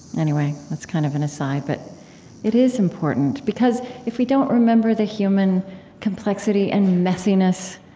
anyway, that's kind of an aside. but it is important, because if we don't remember the human complexity and messiness,